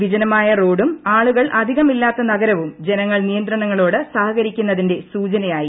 വിജനമായ റോഡും ആളുകൾ അധികമില്ലാത്ത നഗരവും ജനങ്ങൾ നിയന്ത്രണങ്ങളോട് സഹകരിക്കുന്നതിന്റെ സൂചനയായി